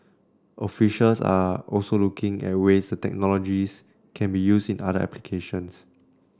officials are also looking at ways technologies can be used in other applications